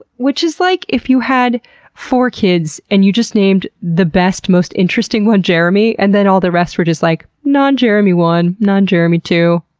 which is like if you had four kids and you named the best, most interesting one jeremy and then all the rest are just like non-jeremy one, non-jeremy two,